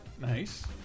Nice